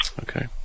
okay